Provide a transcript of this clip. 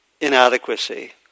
inadequacy